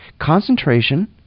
concentration